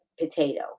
potato